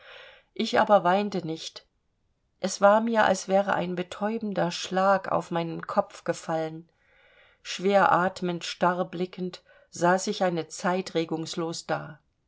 ich aber weinte nicht es war mir als wäre ein betäubender schlag auf meinen kopf gefallen schwer atmend starr blickend saß ich eine zeit regungslos da